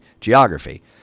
geography